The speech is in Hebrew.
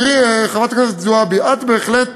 תראי, חברת הכנסת זועבי, את בהחלט